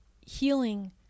healing